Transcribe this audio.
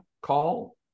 call